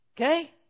Okay